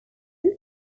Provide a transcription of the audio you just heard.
off